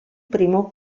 primo